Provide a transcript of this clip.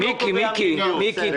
הם לא קובעי המדיניות.